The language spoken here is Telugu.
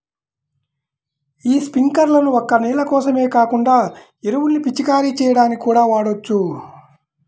యీ స్పింకర్లను ఒక్క నీళ్ళ కోసమే కాకుండా ఎరువుల్ని పిచికారీ చెయ్యడానికి కూడా వాడొచ్చు